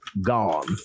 gone